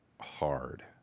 hard